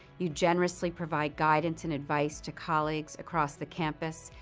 you generously provide guidance and advice to colleagues across the campus,